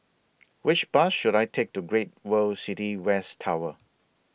Which Bus should I Take to Great World City West Tower